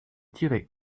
tirée